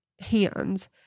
hands